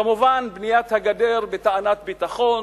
כמובן בניית הגדר בטענת ביטחון,